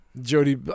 Jody